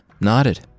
nodded